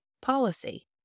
policy